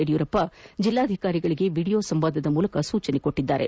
ಯಡಿಯೂರಪ್ಪ ಜೆಲ್ನಾಧಿಕಾರಿಗಳಿಗೆ ವಿಡಿಯೋ ಸಂವಾದದ ಮೂಲಕ ಸೂಚಿಸಿದ್ದಾರೆ